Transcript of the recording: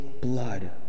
blood